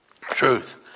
truth